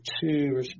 two